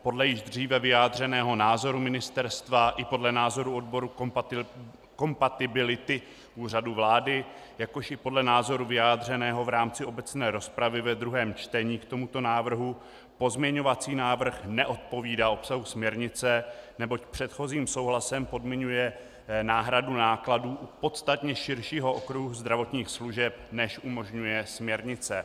Podle již dříve vyjádřeného názoru ministerstva i podle názoru odboru kompatibility Úřadu vlády, jakož i podle názoru vyjádřeného v rámci obecné rozpravy ve druhém čtení k tomuto návrhu pozměňovací návrh neodpovídá obsahu směrnice, neboť předchozím souhlasem podmiňuje náhradu nákladů u podstatně širšího okruhu zdravotních služeb, než umožňuje směrnice.